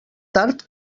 tard